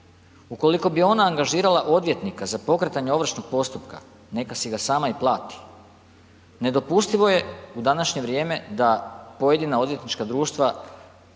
ukoliko bi ona angažirala odvjetnika za pokretanje ovršnog postupka, neka si ga sama i plati. Nedopustivo je u današnje vrijeme da pojedina odvjetnička društva